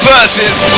Versus